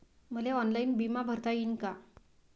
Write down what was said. मले ऑनलाईन बिमा भरता येईन का?